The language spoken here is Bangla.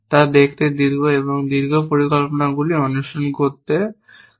তা দেখতে দীর্ঘ এবং দীর্ঘ পরিকল্পনাগুলি অন্বেষণ করতে থাকুন